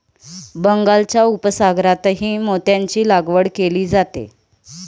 बंगालच्या उपसागरातही मोत्यांची लागवड केली जाते